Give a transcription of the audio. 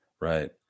right